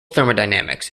thermodynamics